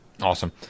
Awesome